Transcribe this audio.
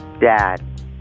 dad